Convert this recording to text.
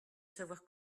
savoir